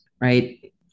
right